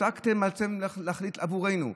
הפסקתם אתם להחליט עבורנו.